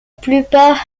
plupart